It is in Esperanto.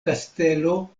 kastelo